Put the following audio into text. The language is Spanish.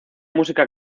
música